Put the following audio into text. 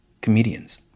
comedians